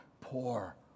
poor